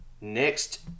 next